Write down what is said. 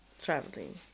traveling